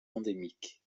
endémiques